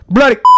Bloody